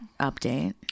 update